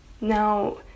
Now